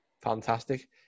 fantastic